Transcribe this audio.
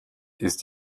ist